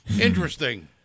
Interesting